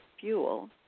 fuel